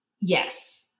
Yes